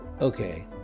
Okay